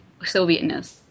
Sovietness